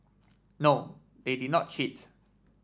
no they did not cheat